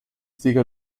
siga